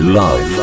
love